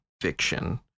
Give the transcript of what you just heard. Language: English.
fiction